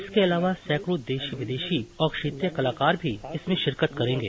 इसके अलावा सैकड़ों देशी विदेशी और क्षेत्रीय कलाकार भी इसमें शिरकत करेंगे